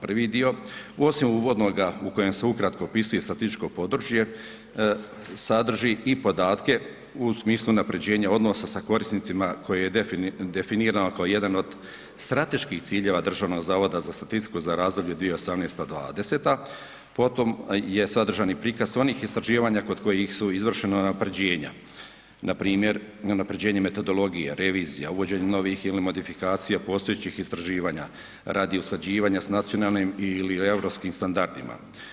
Prvi dio osim uvodnoga u kojem se ukratko opisuje statističko područje, sadrži i podatke u smislu unaprjeđenja odnosa sa korisnicima koje je definirao kao jedan od strateških ciljeva Državnog zavoda za statistiku za razdoblje 2018.-2020., potom je sadržani prikaz onih istraživanja kod kojih su izvršena kod kojih su izvršena unaprjeđenja, npr. unaprjeđenje metodologije, revizija, uvođenje novih ili modifikacija postojećih istraživanja radi usklađivana sa nacionalnim ili europskim standardima.